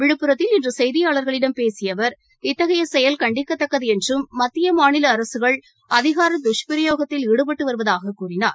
விழுப்புரத்தில் இன்றுசெய்தியாளர்களிடம் பேசியஅவர் இத்தகை செயல் கண்டிக்கத்தக்கதுஎன்றும் மத்தியமாநிலஅரசுகள் அதிகார துஷ்பிரயோகத்தில் ஈடுபட்டுவருவதாகக் கூறினார்